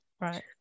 Right